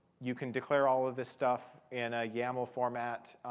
you can declare all of this stuff in a yaml format.